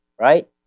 Right